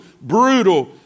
brutal